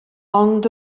ond